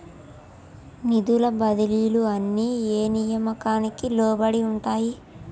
నిధుల బదిలీలు అన్ని ఏ నియామకానికి లోబడి ఉంటాయి?